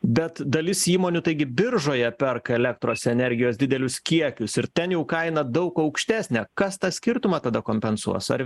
bet dalis įmonių taigi biržoje perka elektros energijos didelius kiekius ir ten jau kaina daug aukštesnė kas tą skirtumą tada kompensuos ar